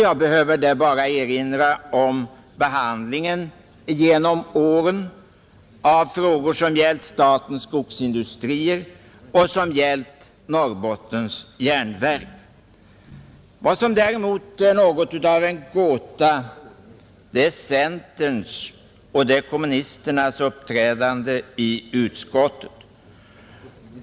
Jag behöver bara erinra om behandlingen genom åren av frågor som har gällt Statens skogsindustrier och Norrbottens järnverk. Vad som däremot är något av en gåta är centerns och kommunisternas uppträdande i utskottet.